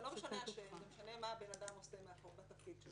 זה לא משנה השם, משנה מה הבן אדם עושה בתפקיד שלו.